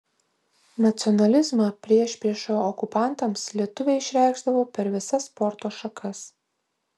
nacionalizmą priešpriešą okupantams lietuviai išreikšdavo per visas sporto šakas